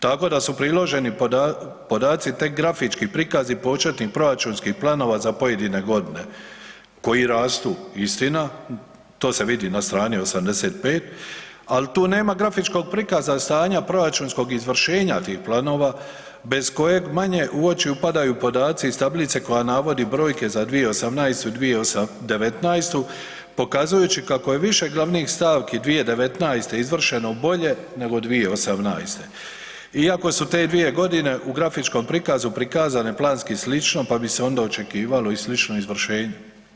Tako da su priloženi podaci tek grafički prikazi početnih proračunskih planova za pojedine godine koji rastu istina, to se vidi na strani 85., ali tu nema grafičkog prikaza stanja proračunskog izvršenja tih planova bez kojeg manje u oči upadaju podaci iz tablice koja navodi brojke za 2018. i 2019. pokazujući kako je više glavnih stavki 2019. izvršeno bolje nego 2018. iako su te 2 godine u grafičkom prikazu prikazane planski slično pa bi se onda se onda očekivalo i slično izvršenje.